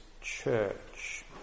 church